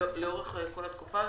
לאורך כל התקופה הזאת.